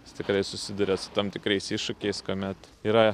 jis tikrai susiduria su tam tikrais iššūkiais kuomet yra